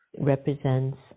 represents